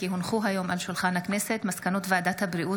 כי הונחו היום על שולחן הכנסת מסקנות ועדת הבריאות